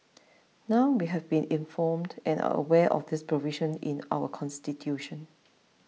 now we have been informed and are aware of this provision in our constitution